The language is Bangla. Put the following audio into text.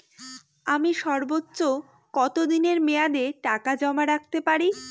আমি সর্বোচ্চ কতদিনের মেয়াদে টাকা জমা রাখতে পারি?